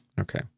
Okay